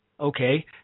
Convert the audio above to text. Okay